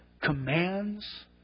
commands